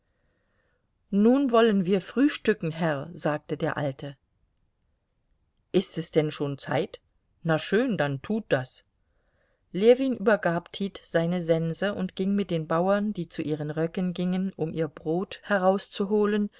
nun wollen wir frühstücken herr sagte der alte ist es denn schon zeit na schön dann tut das ljewin übergab tit seine sense und ging mit den bauern die zu ihren röcken gingen um ihr brot herauszuholen